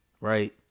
Right